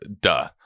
duh